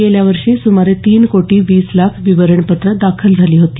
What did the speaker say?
गेल्या वर्षी सुमारे तीन कोटी वीस लाख विवरणपत्रं दाखल झाली होती